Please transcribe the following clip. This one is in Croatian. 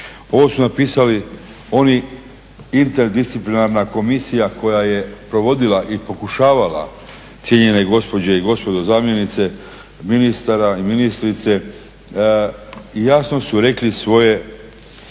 Ovo su napisali oni interdisciplinarna komisija koja je provodila i pokušavala cijenjene gospođe i gospodo zamjenice ministara i ministrice, jasno su rekli svoje